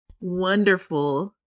wonderful